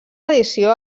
edició